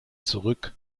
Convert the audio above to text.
zurück